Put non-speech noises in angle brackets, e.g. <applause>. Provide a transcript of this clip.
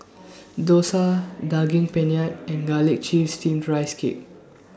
<noise> Dosa Daging Penyet and Garlic Chives Steamed Rice Cake